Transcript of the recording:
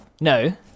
No